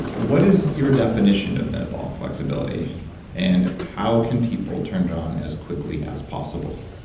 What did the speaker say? what is your definition of metabolic flexibility and how can people turn it on as quickly as possible?